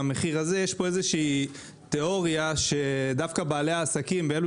יש פה איזושהי תיאוריה שדווקא בעלי העסקים ואלו